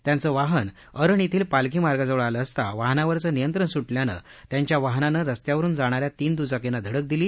त्यांचं वाहन अरण येथील पालखी मार्गाजवळ आलं असता वाहनावरचं नियंत्रण सुटल्यानं त्यांच्या वाहनानं रस्त्यावरून जाणाऱ्या तीन दुचाकींना धडक दिली